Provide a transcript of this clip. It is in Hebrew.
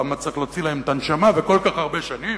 למה צריך להוציא להם את הנשמה, וכל כך הרבה שנים?